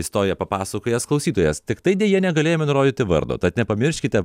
istoriją papasakojęs klausytojas tiktai deja negalėjome nurodyti vardo tad nepamirškite